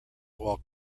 while